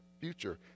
future